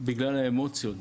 בגלל האמוציות,